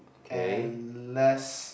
and less